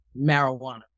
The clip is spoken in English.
marijuana